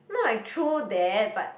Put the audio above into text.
then I'm like true that but